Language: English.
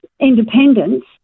independence